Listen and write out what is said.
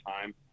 time